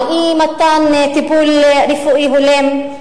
על אי-מתן טיפול רפואי הולם,